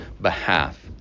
behalf